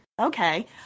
okay